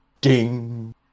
ding